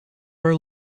are